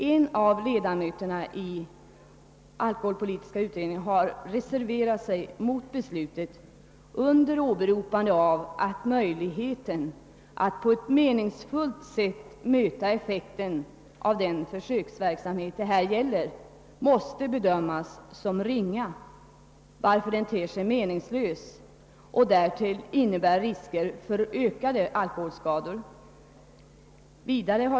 En av ledamöterna i alkoholpolitiska utredningen har reserverat sig mot beslutet under åberopande av att möjligheten att på ett meningsfullt sätt mäta effekten av den försöksverksamhet det här gäller måste bedömas som ringa, varför den ter sig meningslös och därtill innebär risker för ökade alkoholskador.